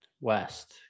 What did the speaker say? west